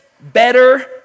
better